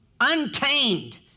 Untamed